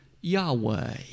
Yahweh